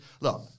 Look